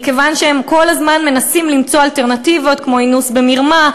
מכיוון שהם כל הזמן מנסים למצוא אלטרנטיבות כמו אינוס במרמה,